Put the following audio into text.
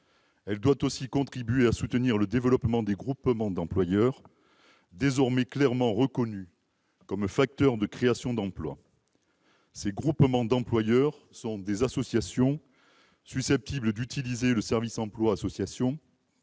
Elle doit aussi contribuer à soutenir le développement des groupements d'employeurs, désormais clairement reconnus comme facteurs de créations d'emplois. Ces groupements d'employeurs sont des associations susceptibles d'utiliser le dispositif « service emploi association